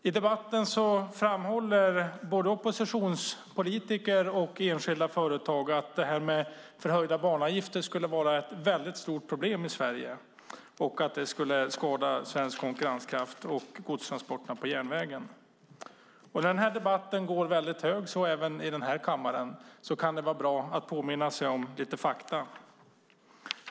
I debatten framhåller både oppositionspolitiker och enskilda företag att detta med förhöjda banavgifter skulle vara ett väldigt stort problem i Sverige och att det skulle skada svensk konkurrenskraft och godstransporterna på järnväg. När den här debatten går hög, så även i den här kammaren, kan det vara bra att påminna sig lite fakta.